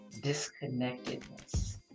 disconnectedness